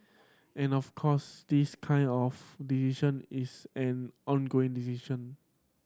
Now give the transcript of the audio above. and of course this kind of it's an ongoing